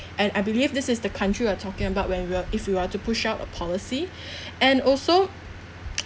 and I believe this is the country we are talking about when we are if you are to push out a policy and also